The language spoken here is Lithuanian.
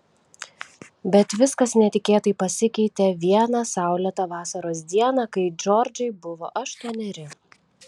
bet viskas netikėtai pasikeitė vieną saulėtą vasaros dieną kai džordžai buvo aštuoneri